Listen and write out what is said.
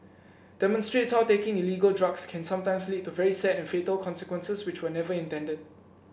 demonstrates how taking illegal drugs can sometimes lead to very sad and fatal consequences which were never intended